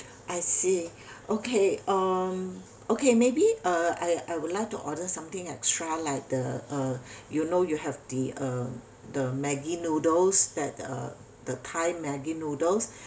I see okay um okay maybe uh I I would like to order something extra like the uh you know you have the uh the Maggi noodles that uh the thai Maggi noodles